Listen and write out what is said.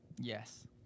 Yes